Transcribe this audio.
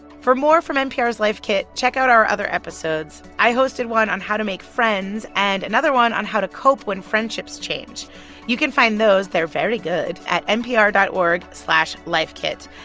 for more from npr's life kit, check out our other episodes. i hosted one on how to make friends and another one on how to cope when friendships change you can find those they're very good at npr dot org slash lifekit.